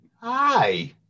Hi